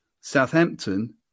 Southampton